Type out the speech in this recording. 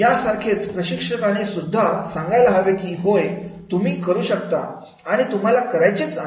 या सारखेच प्रशिक्षकाने सुद्धा सांगायला हवे की होय तुम्ही करू शकता आणि तुम्हाला करायचेच आहे